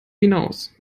hinaus